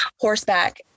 horseback